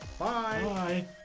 Bye